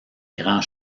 grand